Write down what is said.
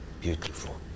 beautiful